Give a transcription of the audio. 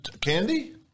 Candy